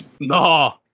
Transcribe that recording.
No